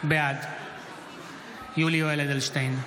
בעד יולי יואל אדלשטיין,